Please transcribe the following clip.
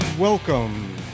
Welcome